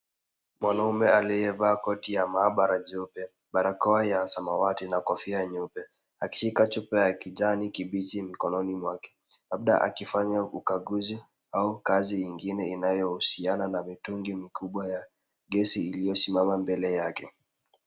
Mwanaume aliyevaa koti ya maabara jeupe, barakoa ya samawati na kofia nyeupe. Akishika chupa ya kijani kibichi mkononi mwake, labda akifanya ukaguzi au kazi ingine inayohusiana na mitungi mikubwa ya gesi iliyosimama mbele yake.